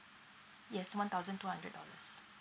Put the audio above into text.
yes one thousand two hundred dollars